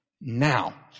Now